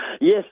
Yes